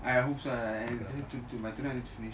I hope so by by tonight I have to finish